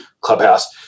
Clubhouse